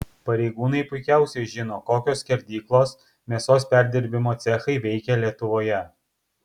pareigūnai puikiausiai žino kokios skerdyklos mėsos perdirbimo cechai veikia lietuvoje